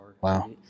Wow